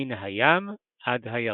מן הים עד הירדן.